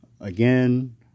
again